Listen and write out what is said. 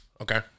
Okay